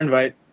invite